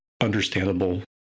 understandable